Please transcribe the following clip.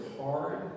hard